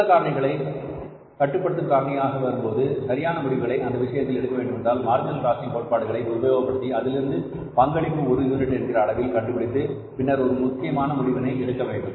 சில காரணிகள் கட்டுப்படுத்தும் காரணிகளாக வரும்போது சரியான முடிவுகளை அந்த விஷயத்தில் எடுக்க வேண்டுமென்றால் மார்ஜினல் காஸ்டிங் கோட்பாடுகளை உபயோகப்படுத்தி அதிலிருந்து பங்களிப்பு ஒரு யூனிட் என்கிற அளவில் கண்டுபிடித்து பின்னர் ஒரு முடிவை எடுக்க வேண்டும்